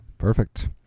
Perfect